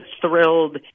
thrilled